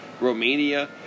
Romania